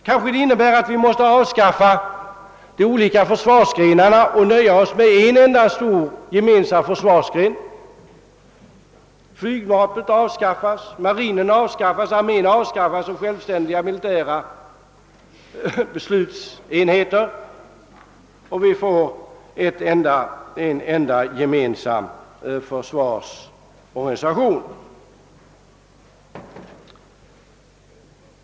Kanske detta innebär att vi måste avskaffa de olika försvarsgrenarna och nöja oss med en enda gemensam försvarsgren. Flygvapnet avskaffas, marinen avskaffas, armén avskaffas, alla avskaffas som självständiga militära beslutsenheter och vi får en enda gemensam = försvarsorganisation.